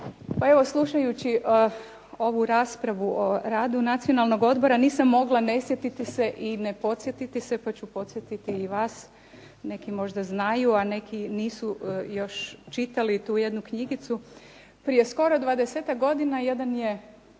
Pa evo slušajući ovu raspravu o radu Nacionalnog odbora nisam mogla ne sjetiti se i ne podsjetiti se, pa ću podsjetiti i vas, neki možda znaju, a neki nisu još čitali tu jednu knjigicu. Prije skoro 20-tak godina jedan je